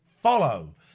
follow